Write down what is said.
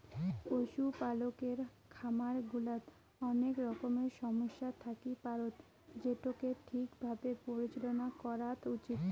পশুপালকের খামার গুলাত অনেক রকমের সমস্যা থাকি পারত যেটোকে ঠিক ভাবে পরিচালনা করাত উচিত